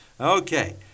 Okay